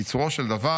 קיצורו של דבר: